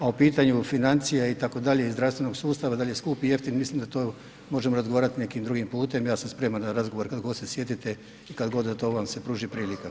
A o pitanju financija itd. i zdravstvenog sustava da li je skup ili jeftin, mislim da to možemo razgovarati nekim drugim putem, ja sam spreman na razgovor kad god se sjetite i kada god za to vam se pruži prilika.